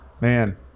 Man